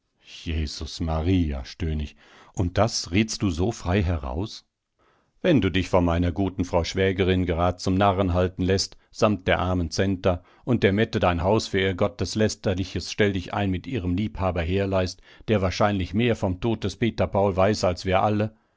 jesus maria stöhn ich und das redst du so frei heraus wenn du dich von meiner guten frau schwägerin gerad zum narren halten läßt samt der armen centa und der mette dein haus für ihr gotteslästerliches stelldichein mit ihrem liebhaber herleihst der wahrscheinlich mehr vom tod des peter paul weiß als wir alle